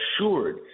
assured